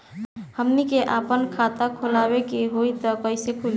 हमनी के आापन खाता खोलवावे के होइ त कइसे खुली